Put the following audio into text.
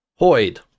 hoid